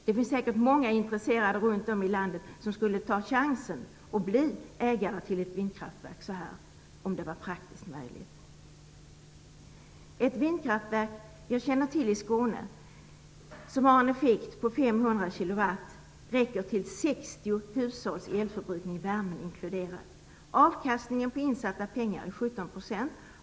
Det finns säkert många intresserade runt om i landet som skulle ta chansen att bli ägare till ett vindkraftverk om det var praktiskt möjligt. Ett vindkraftverk jag känner till i Skåne som har en effekt på 500 kilowatt räcker till 60 hushålls elförbrukning, värmen inkluderad. Avkastningen på insatta pengar är 17 %.